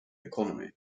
economy